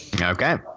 Okay